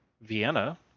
Vienna